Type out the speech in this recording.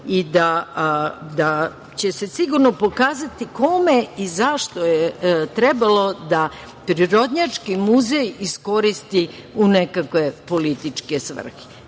i da će se sigurno pokazati kome i zašto je trebalo da Prirodnjački muzej iskoristi u nekakve političke svrhe.